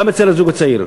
גם אצל הזוג הצעיר.